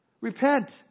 Repent